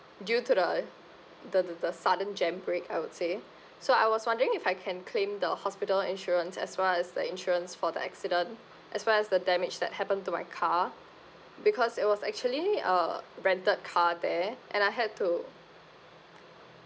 due to the the the the sudden jam brake I would say so I was wondering if I can claim the hospital insurance as well as the insurance for the accident as well as the damage that happened to my car because it was actually a rented car there and I had to